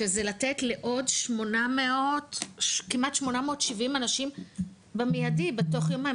שזה לתת לעוד כמעט 870 אנשים במיידי, בתוך יומיים.